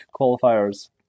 qualifiers